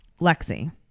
lexi